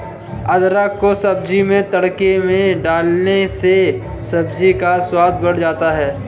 अदरक को सब्जी में तड़के में डालने से सब्जी का स्वाद बढ़ जाता है